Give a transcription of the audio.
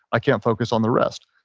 i can't focus on the rest.